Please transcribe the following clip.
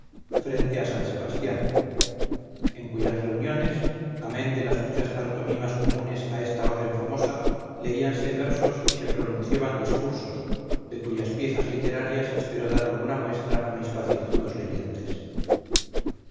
frente a san sebastián en cuyas reuniones amén de las muchas pantomimas comunes a esta orden famosa leíanse versos y se pronunciaban discursos de cuyas piezas literarias espero dar alguna muestra a mis pacienzudos leyentes